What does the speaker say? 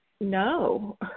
No